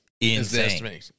insane